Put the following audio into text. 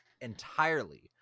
entirely